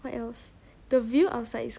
what else the view outside is